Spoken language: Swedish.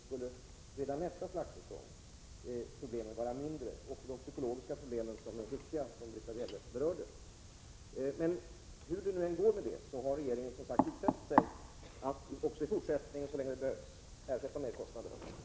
Problemen skulle alltså redan då vara mindre. Det gäller även de psykologiska problemen, som är viktiga och som Britta Bjelle likaledes tagit upp. Hur det än går med detta har regeringen utfäst sig att i fortsättningen, så länge det behövs, ersätta merkostnaderna.